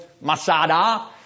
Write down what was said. Masada